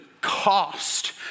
cost